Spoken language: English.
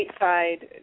stateside